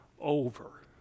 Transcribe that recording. over